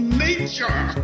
nature